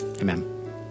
Amen